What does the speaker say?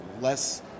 less